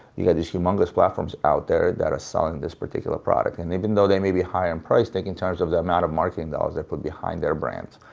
you've got these humongous platforms out there that are selling this particular product. and even though they may be higher in price, take into terms of the amount of marketing dollars they put behind their brand,